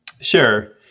Sure